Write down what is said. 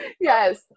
Yes